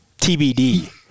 TBD